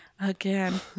again